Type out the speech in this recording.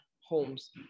homes